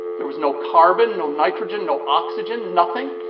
there was no carbon, no nitrogen, no oxygen. nothing.